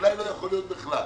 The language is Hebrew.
ואולי לא יכול להיות בכלל.